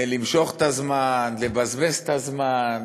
למשוך את הזמן, לבזבז את הזמן,